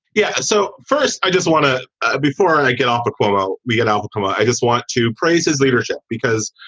yeah. so first i just want to ah before i get off the quote while we get alcoa. i just want to praise his leadership because.